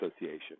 Association